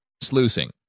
Sluicing